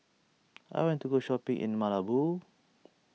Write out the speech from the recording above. I want to go shopping in Malabo